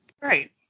Right